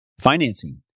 financing